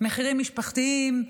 מחירים משפחתיים,